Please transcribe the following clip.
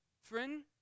friend